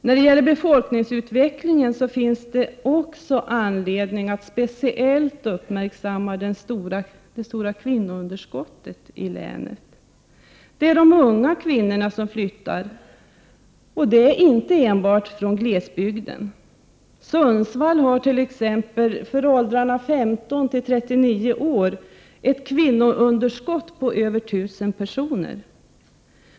När det gäller befolkningsutvecklingen finns det också anledning att speciellt uppmärksamma det stora kvinnounderskottet i länet. Det är de unga kvinnorna som flyttar, och detta sker inte enbart från glesbygden. I Sundsvall finns t.ex. beträffande åldrarna 15-39 år ett kvinnounderskott på över 1 000 personer.